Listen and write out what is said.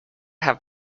have